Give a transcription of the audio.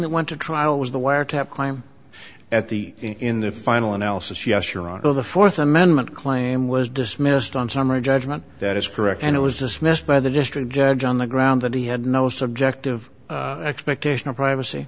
that went to trial was the wiretap crime at the in the final analysis yes jurado the fourth amendment claim was dismissed on summary judgment that is correct and it was dismissed by the district judge on the ground that he had no subjective expectation of privacy